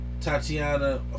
tatiana